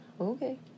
Okay